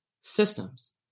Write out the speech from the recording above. Systems